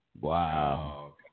Wow